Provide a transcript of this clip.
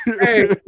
Hey